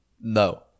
No